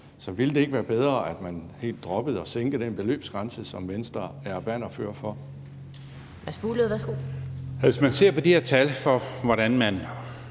Så ville det ikke være bedre, at man helt droppede at sænke den beløbsgrænse, som Venstre er bannerførere for? Kl. 12:00 Den fg. formand